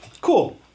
cool